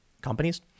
companies